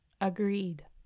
agreed